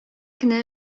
кенә